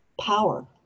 power